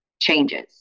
changes